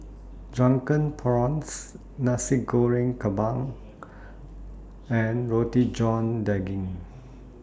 Drunken Prawns Nasi Goreng Kampung and Roti John Daging